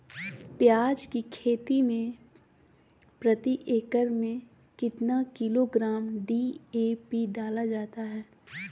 प्याज की खेती में प्रति एकड़ खेत में कितना किलोग्राम डी.ए.पी डाला जाता है?